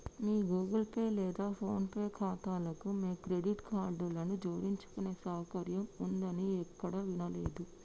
మీ Google Pay లేదా PhonePe ఖాతాలకు మీ క్రెడిట్ కార్డులను జోడించుకునే సౌకర్యం ఉందని ఎక్కడా వినలేదే